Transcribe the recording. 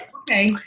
Okay